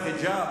הכנסת,